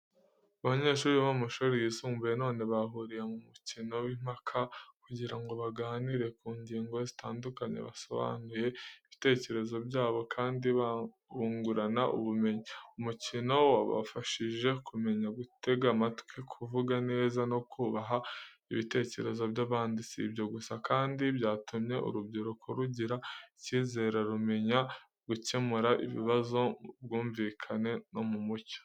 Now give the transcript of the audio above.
Abanyeshuri bo mu mashuri yisumbuye, none bahuriye mu mukino w’impaka, kugira ngo baganire ku ngingo zitandukanye, basobanuye ibitekerezo byabo kandi bungurana ubumenyi. Umukino wabafashije kumenya gutega amatwi, kuvuga neza no kubaha ibitekerezo by’abandi. Si ibyo gusa kandi byatumye urubyiruko rugira icyizere, rumenya gukemura ibibazo mu bwumvikane no mu mucyo.